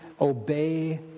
obey